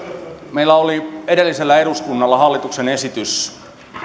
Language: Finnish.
meillä oli edellisellä eduskunnalla hallituksen esitys